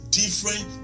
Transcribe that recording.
different